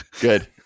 Good